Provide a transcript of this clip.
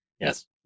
Yes